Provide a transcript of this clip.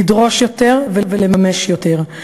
לדרוש יותר ולממש יותר.